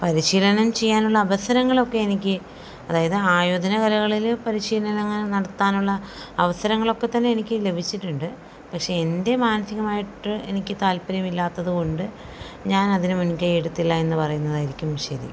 പരിശീലനം ചെയ്യാനുള്ള അവസരങ്ങളൊക്കെ എനിക്ക് അതായത് ആയോധന കലകളിൽ പരിശീലനങ്ങൽ നടത്താനുള്ള അവസരങ്ങളൊക്കെത്തന്നെ എനിക്ക് ലഭിച്ചിട്ടുണ്ട് പക്ഷെ എൻ്റെ മാനസികമായിട്ട് എനിക്ക് താൽപര്യമില്ലാത്തതുകൊണ്ട് ഞാൻ അതിന് മുൻകൈ എടുത്തില്ല എന്നു പറയുന്നതായിരിക്കും ശരി